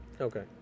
okay